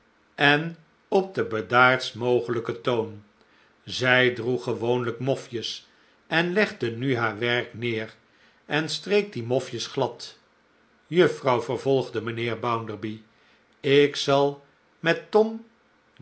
en op den bedaardst mogelijken toon zij droeg gewoonlijk mofjes en legde nu haar werk neer en streek die mofjes glad juffrouw vervolgde mijnheer bounderby ik zal met tom